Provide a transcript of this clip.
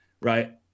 right